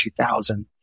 2000